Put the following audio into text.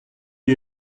you